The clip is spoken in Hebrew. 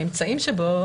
הממצאים שבו,